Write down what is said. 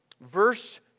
verse